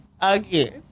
again